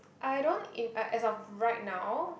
I don't in ah as of right now